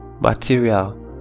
material